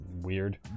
Weird